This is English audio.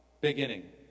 Beginning